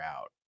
out